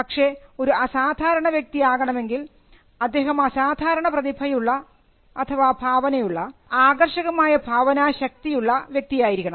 പക്ഷേ ഒരു അസാധാരണ വ്യക്തി ആകണമെങ്കിൽ അദ്ദേഹം അസാധാരണ പ്രതിഭയുള്ള ഭാവനയുള്ള ആകർഷകമായ ഭാവനാശക്തിയുള്ള വ്യക്തി ആയിരിക്കണം